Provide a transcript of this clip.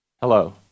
hello